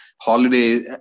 Holiday